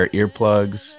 earplugs